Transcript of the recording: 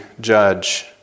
judge